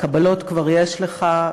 קבלות כבר יש לך,